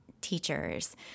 teachers